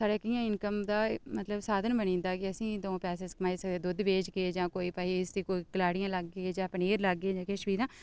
इ'यां इनकम दा मतलब साधन बनी जंदा कि असें ई द'ऊं पैसे अस कमाई सकदे दुद्ध बेचगे जां कोई भाई इस कलाड़ियां लाह्गे जां पनीर लाह्गे जां किश बी तां